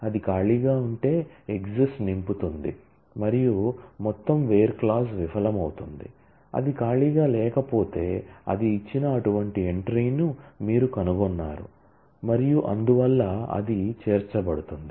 అది ఖాళీగా ఉంటే ఎక్సిస్ట్స్ నింపుతుంది మరియు మొత్తం వేర్ క్లాజ్ విఫలమవుతుంది అది ఖాళీగా లేకపోతే అది ఇచ్చిన అటువంటి ఎంట్రీని మీరు కనుగొన్నారు మరియు అందువల్ల అది చేర్చబడుతుంది